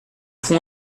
fond